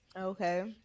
Okay